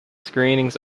screenings